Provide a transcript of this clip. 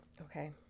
Okay